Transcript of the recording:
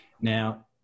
Now